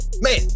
man